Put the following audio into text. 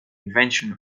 invention